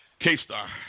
K-Star